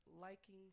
liking